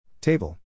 Table